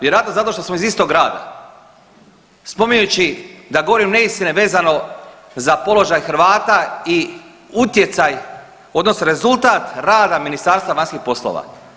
Vjerojatno zato što smo iz istog grada spominjući da govorim neistine vezano za položaj Hrvata i utjecaj odnosno rezultat rada Ministarstva vanjskih poslova.